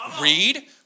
read